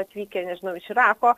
atvykę nežinau iš irako